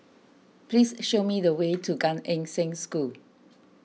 please show me the way to Gan Eng Seng School